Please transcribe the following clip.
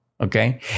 okay